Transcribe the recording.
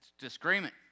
disagreement